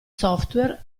software